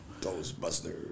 Ghostbusters